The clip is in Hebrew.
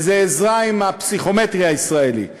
וזה עזרה לפסיכומטרי הישראלי.